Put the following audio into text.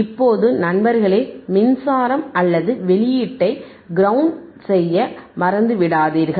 இப்போது நண்பர்களே மின்சாரம் அல்லது வெளியீட்டை கிரௌண்ட் செய்ய மறந்துவிடாதீர்கள்